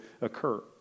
occur